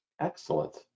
Excellent